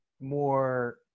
More